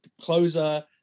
closer